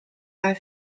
are